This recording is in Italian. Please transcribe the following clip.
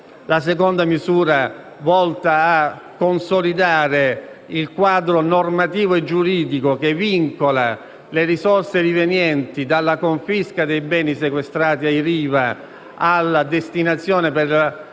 La seconda misura è invece volta a consolidare il quadro normativo e giuridico che vincola le risorse rivenienti dalla confisca dei beni sequestrati ai Riva alla destinazione che era